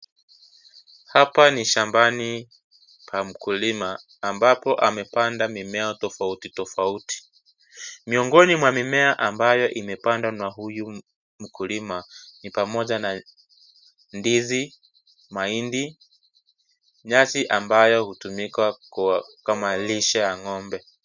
Hapa ni shambani nwa mkulima ambapo amepanda mimea tofautitofauti miongoni mwa mimea ambayo imepandwa na huyu mkulima ndizi, maindi, nyasi ambayo hutumika kama lisha ya ng'ombe.